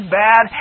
bad